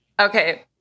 Okay